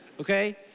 Okay